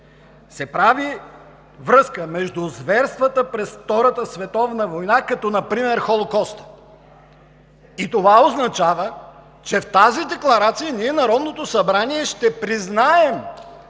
се прави връзка между зверствата през Втората световна война като например Холокоста. И това означава, че в тази декларация ние, Народното събрание, ще признаем,